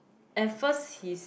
at first his